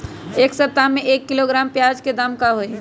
एक सप्ताह में एक किलोग्राम प्याज के दाम का होई?